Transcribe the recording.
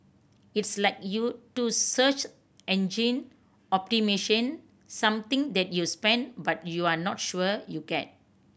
it's like you do search engine optimation something that you spend but you're not sure you get